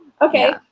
Okay